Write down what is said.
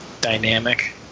dynamic